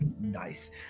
Nice